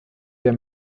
der